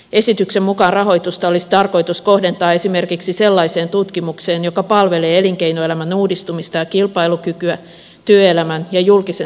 esityksen mukaan rahoitusta olisi tarkoitus kohdentaa esimerkiksi sellaiseen tutkimukseen joka palvelee elinkeinoelämän uudistumista ja kilpailukykyä työelämän ja julkisen sektorin kehittämistä